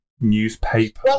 Newspaper